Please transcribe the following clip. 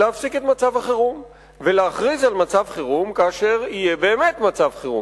להפסיק את מצב החירום ולהכריז על מצב חירום כאשר יהיה באמת מצב חירום,